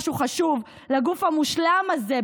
משהו חשוב: לגוף המושלם הזה,